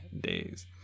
days